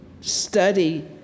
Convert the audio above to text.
study